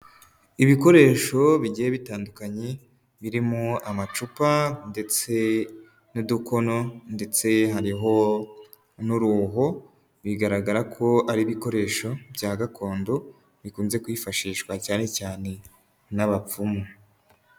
Ibikoresho bigiye bitandukanye, birimo amacupa, ndetse n'udukono, ndetse hariho n'uruho, bigaragara ko ari ibikoresho bya gakondo, bikunze kwifashishwa cyane cyane n'abapfumu.